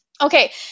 Okay